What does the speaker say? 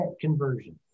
conversion